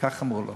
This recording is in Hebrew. כך אמרו לו